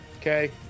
okay